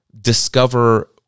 discover